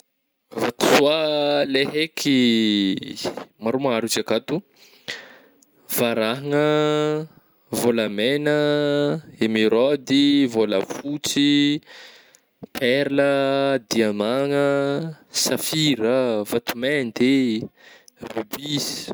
Vatosôa le haiky maromaro izy akato varahigna, vôlamegna, emerôdy, vôlafotsy, perla, diamagna ah, safira ah, vatomainty eh, rubis.